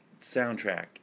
soundtrack